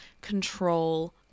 control